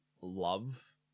love